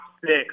six